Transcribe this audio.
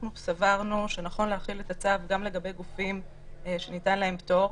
אנחנו סברנו שנכון להחיל את הצו גם לגבי גופים שניתן להם פטור.